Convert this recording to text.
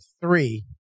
three